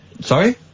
Sorry